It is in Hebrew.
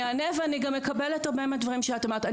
אני אענה ואני גם מקבלת הרבה מהדברים שאת אמרת.